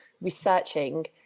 researching